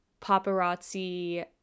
paparazzi